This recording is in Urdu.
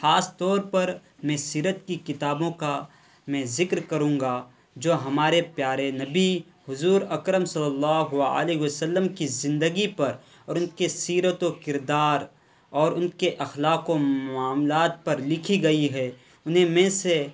خاص طور پر میں سیرت کی کتابوں کا میں ذکر کروں گا جو ہمارے پیارے نبی حضور اکرم صلی اللہ علیہ و سلم کی زندگی پر اور ان کے سیرت و کردار اور ان کے اخلاق و معاملات پر لکھی گئی ہے انہیں میں سے